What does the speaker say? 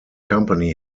company